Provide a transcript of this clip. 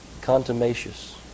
Contumacious